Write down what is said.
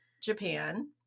Japan